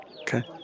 Okay